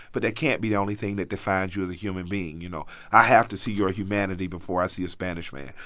but that can't be the only thing that defines you as a human being, you know i have to see your humanity before i see a spanish man.